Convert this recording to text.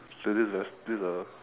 so this is a this a